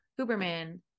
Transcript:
Huberman